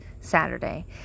Saturday